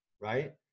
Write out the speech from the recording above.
Right